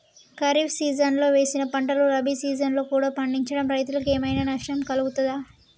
ఖరీఫ్ సీజన్లో వేసిన పంటలు రబీ సీజన్లో కూడా పండించడం రైతులకు ఏమైనా నష్టం కలుగుతదా?